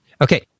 Okay